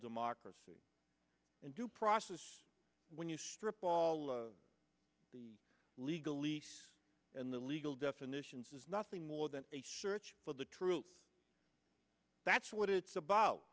democracy and due process when you strip all of the legal lease and the legal definitions is nothing more than a search for the truth that's what it's about